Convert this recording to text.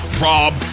Rob